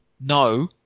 No